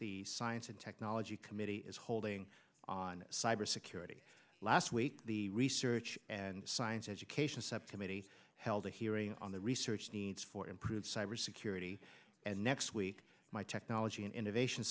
the science and technology committee is holding on cybersecurity last week the research and science education subcommittee held a hearing on the research needs for improved cybersecurity and next week my technology and innovation